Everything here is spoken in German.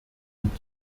und